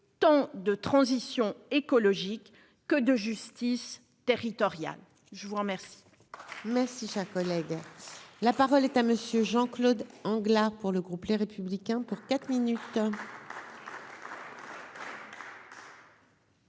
tant de transition écologique que de justice territoriale. Je vous remercie, merci, cher collègue, la parole est à monsieur Jean-Claude Angela pour le groupe Les Républicains pour quatre minutes.